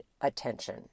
attention